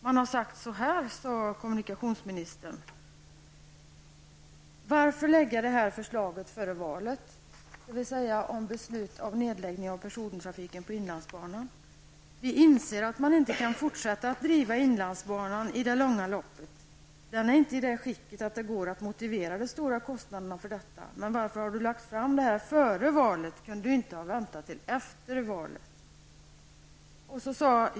Man hade sagt så här enligt kommunikationsministern: ''Varför lägga det här förslaget före valet?'' -- Det gäller beslut om nedläggning av persontrafiken på inlandsbanan. -- ''Vi inser att man inte kan fortsätta att driva inlandsbanan i det långa loppet. Den är inte i det skicket att det går att motivera de stora kostnaderna för detta. Men varför har du lagt fram det här förslaget före valet? Kunde du inte ha väntat till efter valet?